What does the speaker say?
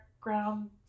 ground